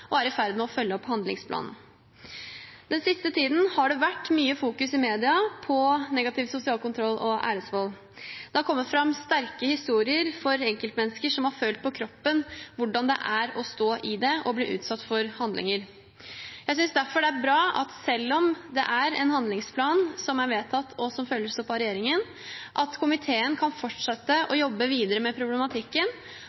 og er i ferd med å følge opp handlingsplanen. Den siste tiden har det vært mye fokusering i media på negativ sosial kontroll og æresvold. Det har kommet fram sterke historier om enkeltmennesker som har følt på kroppen hvordan det er å stå i det og bli utsatt for slike handlinger. Jeg synes derfor det er bra at komiteen, selv om det er vedtatt en handlingsplan, som følges opp av regjeringen, kan fortsette å